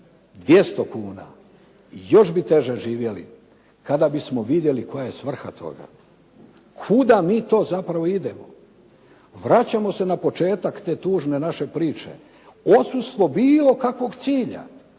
200 kuna i još bi teže živjeli kada bismo vidjeli koja je svrha toga, kuda mi to zapravo idemo. Vraćamo se na početak te tužne naše priče. Odsustvo bilo kakvog cilja.